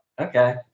okay